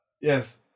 Yes